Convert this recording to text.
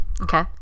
Okay